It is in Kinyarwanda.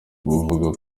buvuga